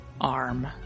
arm